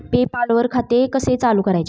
पे पाल वर खाते कसे चालु करायचे